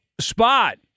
spot